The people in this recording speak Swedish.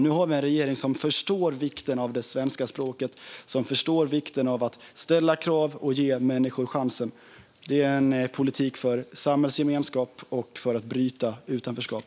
Nu har vi en regering som förstår vikten av det svenska språket och som förstår vikten av att ställa krav och ge människor chansen. Det är en politik för samhällsgemenskap och för att bryta utanförskap.